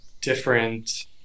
different